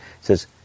says